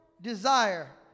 desire